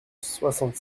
soixante